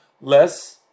less